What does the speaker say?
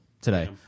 today